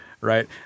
right